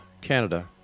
Canada